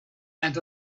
and